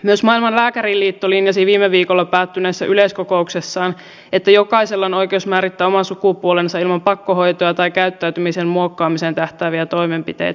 myös maailman lääkäriliitto linjasi viime viikolla päättyneessä yleiskokouksessaan että jokaisella on oikeus määrittää oman sukupuolensa ilman pakkohoitoa tai käyttäytymisen muokkaamiseen tähtääviä toimenpiteitä